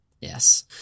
Yes